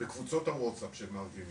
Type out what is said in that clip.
שבקבוצות הוואטסאפ שהם מארגנים